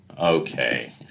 Okay